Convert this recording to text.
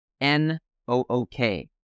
N-O-O-K